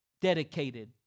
dedicated